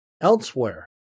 Elsewhere